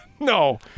No